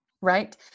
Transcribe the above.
Right